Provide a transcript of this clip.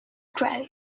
grow